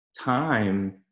time